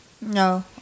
no